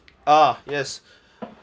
ah yes